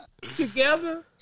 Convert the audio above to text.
together